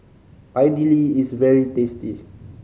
idili is very tasty